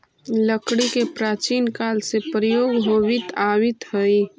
लकड़ी के प्राचीन काल से प्रयोग होवित आवित हइ